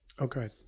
Okay